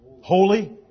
holy